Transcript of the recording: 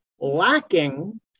lacking